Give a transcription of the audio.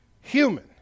human